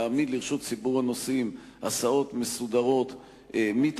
להעמיד לרשות ציבור הנוסעים הסעות מסודרות ללא תשלום